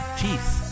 teeth